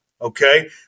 Okay